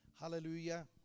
Hallelujah